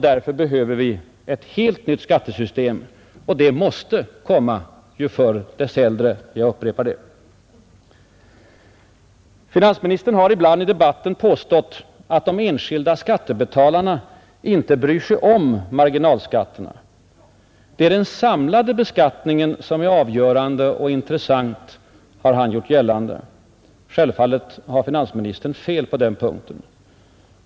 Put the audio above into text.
Därför behöver vi ett helt nytt skattesystem. Och det måste komma, ju förr desto hellre, jag upprepar det. Finansministern har ibland i debatten påstått att de enskilda skattebetalarna ”inte bryr sig om” marginalskatterna. Det är den samlade beskattningen som är avgörande och intressant, har han gjort gällande. Självfallet har finansministern fel på den punkten.